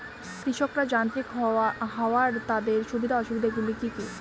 কৃষকরা যান্ত্রিক হওয়ার তাদের সুবিধা ও অসুবিধা গুলি কি কি?